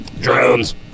Drones